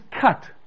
cut